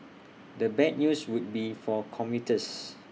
the bad news would be for commuters